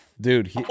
Dude